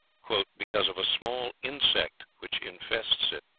because of a small insect which infests it.